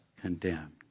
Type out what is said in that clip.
condemned